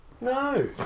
No